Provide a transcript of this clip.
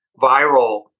viral